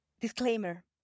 Disclaimer